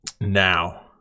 Now